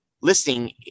listing